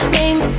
Name